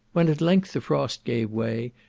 when at length the frost gave way,